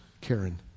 Karen